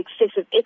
excessive